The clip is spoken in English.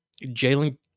Jalen